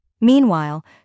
Meanwhile